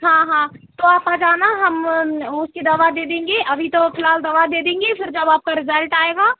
हाँ हाँ तो आप आ जाना हम उसकी दवा देंगे अभी तो फिलहाल दवा दे देंगे फिर जब आपका रिजल्ट आएगा